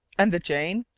and the jane!